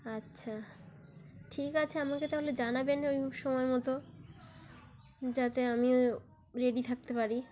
আচ্ছা ঠিক আছে আমাকে তাহলে জানাবেন ওই সময় মতো যাতে আমিও রেডি থাকতে পারি